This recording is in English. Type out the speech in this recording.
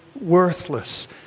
worthless